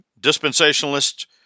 dispensationalists